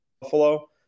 Buffalo